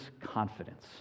confidence